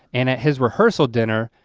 and at his rehearsal dinner,